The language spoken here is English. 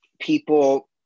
people